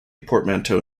portmanteau